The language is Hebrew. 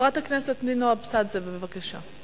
חברת הכנסת נינו אבסדזה, בבקשה.